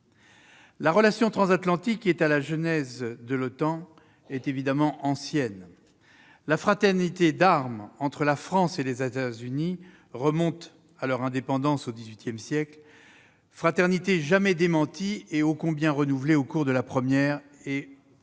La relation transatlantique, qui est à la genèse de l'OTAN, est ancienne. La fraternité d'armes entre la France et les États-Unis remonte à leur indépendance, au XVIIIsiècle, fraternité jamais démentie et ô combien renouvelée au cours de la Première et de